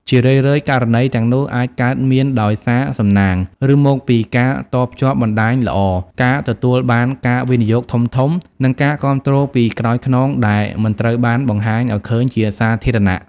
ជារឿយៗ ករណីទាំងនោះអាចកើតមានដោយសារសំណាង ឬមកពីការតភ្ជាប់បណ្តាញល្អ ការទទួលបានការវិនិយោគធំៗ និងការគាំទ្រពីក្រោយខ្នងដែលមិនត្រូវបានបង្ហាញឱ្យឃើញជាសាធារណៈ។